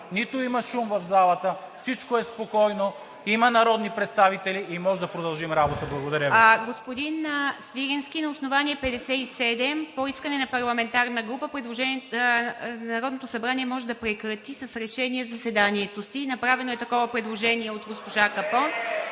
нито има шум в залата. Всичко е спокойно, има народни представители и можем да продължим работа. Благодаря Ви. ПРЕДСЕДАТЕЛ ИВА МИТЕВА: Господин Свиленски, на основание чл. 57 по искане на парламентарна група Народното събрание може да прекрати с решение заседанието си. Направено е такова предложение от госпожа Капон.